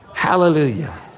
Hallelujah